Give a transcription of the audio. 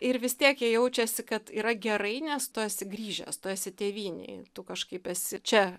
ir vis tiek jie jaučiasi kad yra gerai nes tu esi grįžęs tu esi tėvynėje tu kažkaip esi čia